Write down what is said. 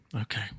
Okay